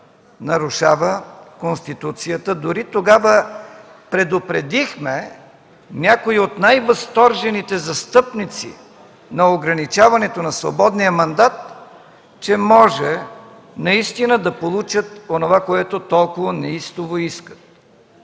нарушава Конституцията. Дори тогава предупредихме някои от най-възторжените застъпници на ограничаването на свободния мандат, че може наистина да получат онова, което толкова неистово искат.